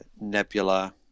Nebula